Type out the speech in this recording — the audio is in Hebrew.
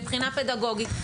מבחינה פדגוגית,